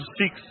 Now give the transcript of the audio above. six